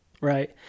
Right